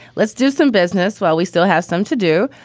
let's do some business. well, we still have some to do.